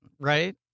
right